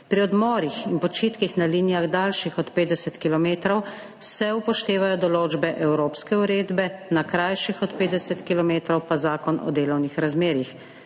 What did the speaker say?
Pri odmorih in počitkih na linijah daljših od 50 kilometrov se upoštevajo določbe evropske uredbe, na krajših od 50 kilometrov pa Zakon o delovnih razmerjih.